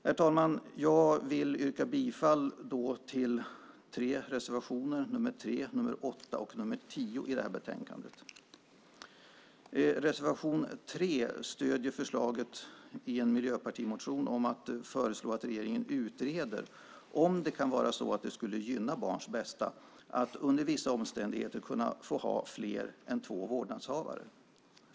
Herr talman! Jag vill yrka bifall till tre reservationer, nr 3, nr 8 och nr 10 i detta betänkande. I reservation 3 stöds förslaget i en miljöpartimotion om att regeringen ska utreda om det kan vara så att det skulle gynna barns bästa att under vissa omständigheter få ha fler än två vårdnadshavare.